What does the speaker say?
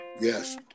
Yes